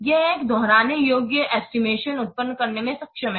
यह एक दोहराने योग्य एस्टिमेशन उत्पन्न करने में सक्षम है